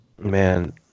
man